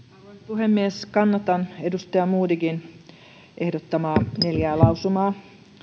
puhemies kannatan edustaja modigin ehdottamia neljää lausumaa